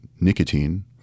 nicotine